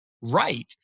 right